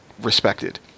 respected